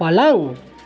पलङ